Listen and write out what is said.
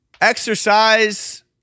Exercise